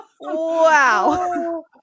Wow